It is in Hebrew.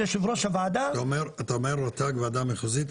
יושב ראש הוועדה --- כשאתה אומר רט"ג והוועדה המחוזית,